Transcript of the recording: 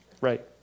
Right